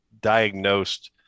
diagnosed